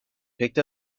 picked